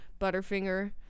Butterfinger